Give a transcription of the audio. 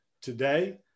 today